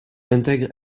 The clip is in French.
intègre